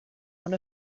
one